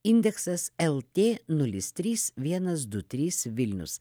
indeksas el tė nulis trys vienas du trys vilnius